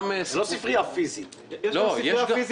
יש גם ספרייה פיזית קטנה,